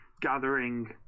gathering